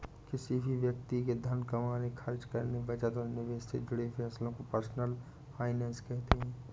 किसी भी व्यक्ति के धन कमाने, खर्च करने, बचत और निवेश से जुड़े फैसलों को पर्सनल फाइनैन्स कहते हैं